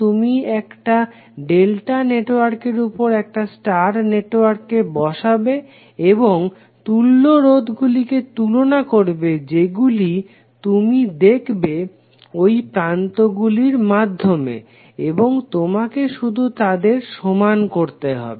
তুমি একটি ডেল্টা নেটওয়ার্কের উপর একটা স্টার নেটওয়ার্ককে বসাবে এবং তুল্য রোধগুলিকে তুলনা করবে যেগুলো তুমি দেখবে এই প্রান্তগুলির মাধ্যমে এবং তোমাকে শুধু তাদের সমান করতে হবে